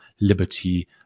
liberty